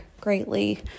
greatly